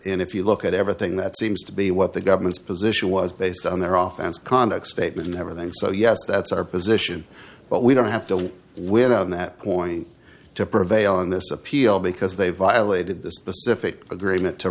in if you look at everything that seems to be what the government's position was based on their off and conduct statement everything so yes that's our position but we don't have to go where on that point to prevail in this appeal because they violated the specific agreement to